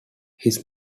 his